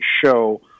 show